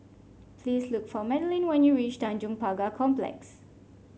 please look for Madaline when you reach Tanjong Pagar Complex